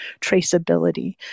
traceability